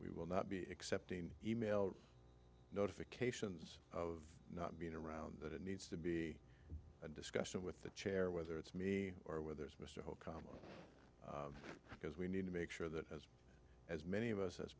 we will not be accepting email notifications of not being around but it needs to be a discussion with the chair whether it's me or whether it's mister because we need to make sure that as as many of us as